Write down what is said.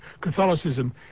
Catholicism